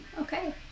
okay